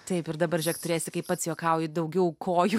taip ir dabar žiūrėk turėsi kaip pats juokauji daugiau kojų